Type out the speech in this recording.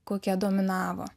kokie dominavo